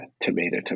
tomato